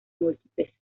múltiples